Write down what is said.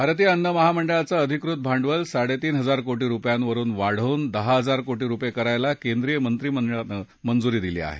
भारतीय अन्न महामंडळाचं अधिकृत भांडवल साडे तीन हजार कोटी रुपयावरुन वाढवून दहा हजार कोटी रुपये करायला केंद्रीय मंत्रिमंडळानं मंजुरी दिली आहे